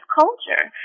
culture